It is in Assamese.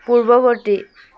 পূৰ্ৱবৰ্তী